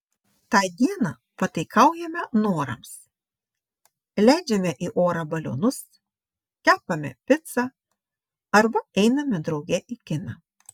tą dieną pataikaujame norams leidžiame į orą balionus kepame picą arba einame drauge į kiną